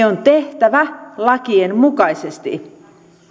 on tehtävä lakien mukaisesti